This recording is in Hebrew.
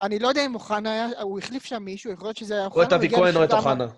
אני לא יודע אם הוא חנה, הוא החליף שם מישהו, יכול להיות שזה היה... או את אבי כהן או אוחנה.